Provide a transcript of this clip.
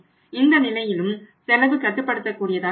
இந்த நிலையிலும் செலவு கட்டுப்படுத்தக்கூடியதாக இருக்கும்